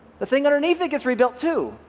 the thing underneath it gets rebuilt too.